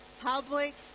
Public